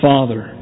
Father